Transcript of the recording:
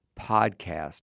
podcast